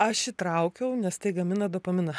aš įtraukiau nes tai gamina dopaminą